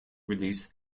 release